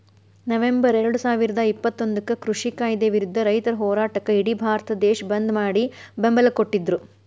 November ಎರಡುಸಾವಿರದ ಇಪ್ಪತ್ತೊಂದಕ್ಕ ಕೃಷಿ ಕಾಯ್ದೆ ವಿರುದ್ಧ ರೈತರ ಹೋರಾಟಕ್ಕ ಇಡಿ ಭಾರತ ದೇಶ ಬಂದ್ ಮಾಡಿ ಬೆಂಬಲ ಕೊಟ್ಟಿದ್ರು